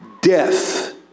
death